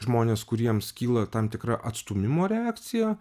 žmonės kuriems kyla tam tikra atstūmimo reakcija